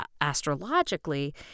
astrologically